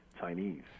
Chinese